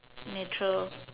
natural